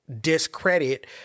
discredit